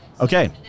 okay